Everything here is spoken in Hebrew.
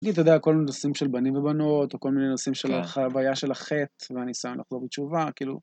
תגיד, אתה יודע, כל מיני נושאים של בנים ובנות, או כל מיני נושאים של הבעיה של החטא, והניסיון לחזור בתשובה, כאילו...